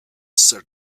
said